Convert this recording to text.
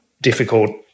difficult